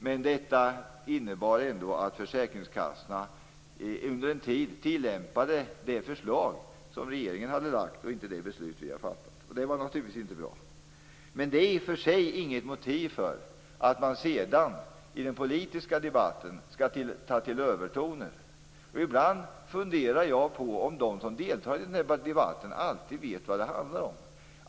Men detta innebar att försäkringskassorna under en tid tillämpade det förslag som regeringen lagt fram, och inte det beslut som riksdagen hade fattat. Det var naturligtvis inte bra, men det är inget motiv för att man sedan i den politiska debatten skall ta till övertoner. Ibland funderar jag på om de som deltar i debatten alltid vet vad det handlar om.